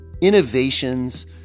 innovations